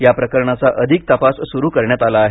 या प्रकरणाचा अधिक तपास सुरू करण्यात आला आहे